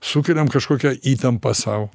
sukeliam kažkokią įtampą sau